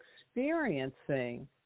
experiencing